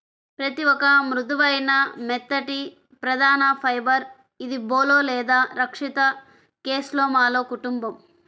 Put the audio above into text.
పత్తిఒక మృదువైన, మెత్తటిప్రధానఫైబర్ఇదిబోల్ లేదా రక్షిత కేస్లోమాలో కుటుంబం